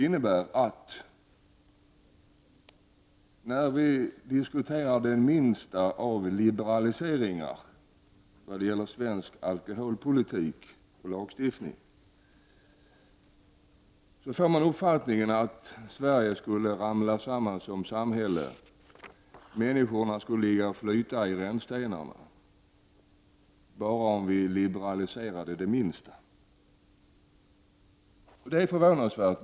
När man diskuterar de minsta liberaliseringar av svensk alkoholpolitik och lagstiftning, får man nästan uppfattningen att Sverige skulle ramla samman som samhälle och människorna skulle ligga och flyta i rännstenarna bara vi liberaliserade det allra minsta. Detta är förvånansvärt.